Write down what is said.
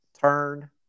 turn